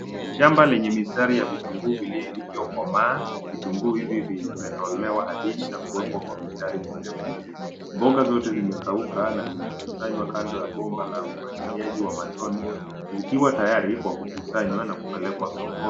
Shamba lenye mistari ya vitunguu vilivyokomaa, vitunguu hivi vimetolewa ardhini na kuwekwa kwa mstari mirefu. Mboga zote zimekauka na zimekusanywa kando ya bomba la umwagiliaji wa matone, zikiwa tayari, kwa kukusanywa, na kupelekwa sokoni.